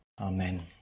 Amen